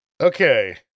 Okay